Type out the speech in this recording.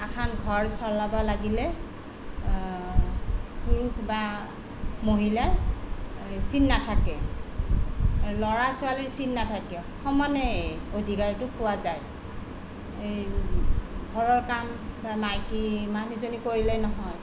এখন ঘৰ চলাব লাগিলে পুৰুষ বা মহিলাৰ চিন নাথাকে ল'ৰা ছোৱালীৰ চিন নাথাকে সমানে অধিকাৰটো পোৱা যায় এই ঘৰৰ কাম বা মাইকী মানুহজনী কৰিলে নহয়